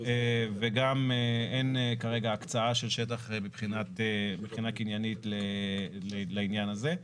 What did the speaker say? וגם אין כרגע הקצאה של שטח מבחינה קניינית לעניין הזה.